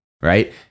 right